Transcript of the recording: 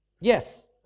Yes